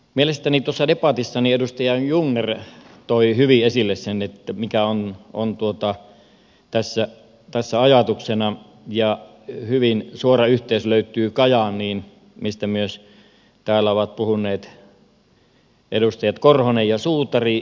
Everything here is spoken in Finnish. mielestäni tuossa debatissa edustaja jungner toi hyvin esille sen mikä on tässä ajatuksena ja hyvin suora yhteys löytyy kajaaniin mistä täällä ovat puhuneet myös edustajat korhonen ja suutari